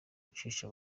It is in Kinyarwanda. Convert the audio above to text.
ucisha